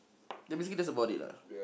ya basically that's about it lah